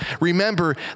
remember